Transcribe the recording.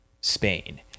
spain